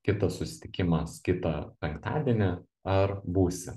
kitas susitikimas kitą penktadienį ar būsi